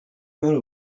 amount